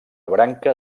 branca